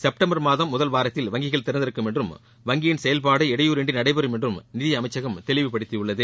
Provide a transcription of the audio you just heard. September மாதம் முதல் வாரத்தில் வங்கிகள் திறந்திருக்கும் என்றும் வங்கியின் செயல்பாடு இடையூறு இன்றி நடைபெறும் என்றும் நிதி அமைச்சகம் தெளிவுபடுத்தியுள்ளது